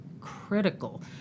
critical